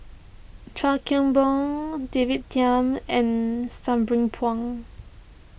Chuan Keng Boon David Tham and Sabri Puang